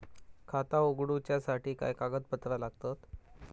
खाता उगडूच्यासाठी काय कागदपत्रा लागतत?